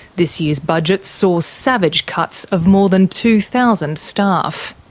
this year's budget saw savage cuts of more than two thousand staff.